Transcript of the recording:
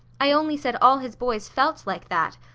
i only said all his boys felt like that.